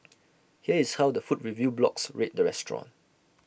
here is how the food review blogs rate the restaurant